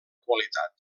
qualitat